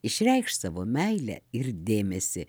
išreikšt savo meilę ir dėmesį